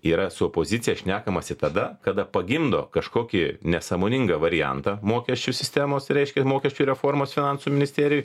yra su opozicija šnekamasi tada kada pagimdo kažkokį nesąmoningą variantą mokesčių sistemos reiškia mokesčių reformos finansų ministerijoj